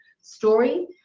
story